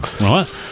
right